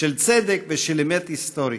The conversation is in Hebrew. של צדק ושל אמת היסטורית,